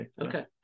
Okay